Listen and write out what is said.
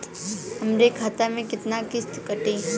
हमरे खाता से कितना किस्त कटी?